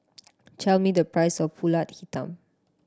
tell me the price of Pulut Hitam